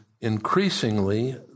increasingly